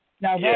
Now